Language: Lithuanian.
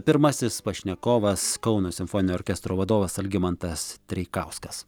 pirmasis pašnekovas kauno simfoninio orkestro vadovas algimantas treikauskas